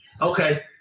okay